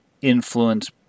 influence